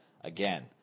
again